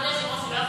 כבוד היושב-ראש,